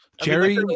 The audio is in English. jerry